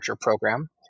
Program